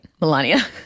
Melania